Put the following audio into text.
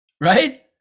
Right